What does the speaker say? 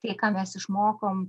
tai ką mes išmokom